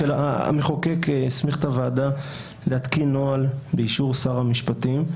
המחוקק הסמיך את הוועדה להתקין נוהל באישור שר המשפטים,